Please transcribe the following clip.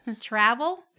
Travel